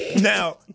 Now